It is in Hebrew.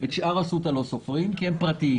את שאר בתי החולים אסותא לא סופרים כי הם פרטיים.